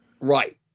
right